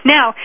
Now